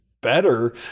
better